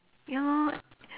ya lor